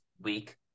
week